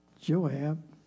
Joab